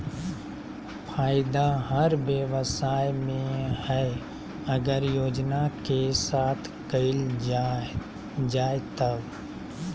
फायदा हर व्यवसाय में हइ अगर योजना के साथ कइल जाय तब